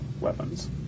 weapons